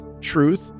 truth